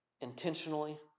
intentionally